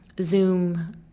Zoom